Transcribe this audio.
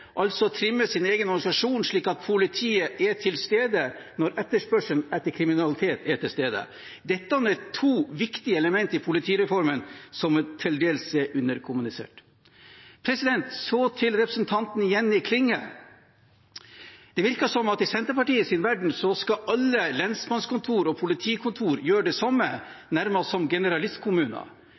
sin egen organisasjon, slik at politiet er til stede når etterspørselen etter dem er der, etter at kriminalitet har funnet sted. Dette er to viktige element i politireformen som til dels er underkommunisert. Så til representanten Jenny Klinge: Det virker som om alle lensmannskontor og politikontor i Senterpartiets verden skal gjøre det samme, nærmest som